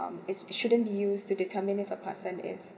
um it's shouldn't be used to determine if a person is